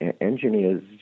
engineers